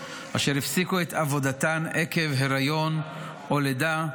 אשר הפסיקו את עבודתן עקב היריון או לידה,